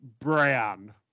Brown